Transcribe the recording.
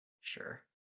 Sure